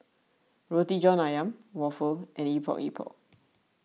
Roti John Ayam Waffle and Epok Epok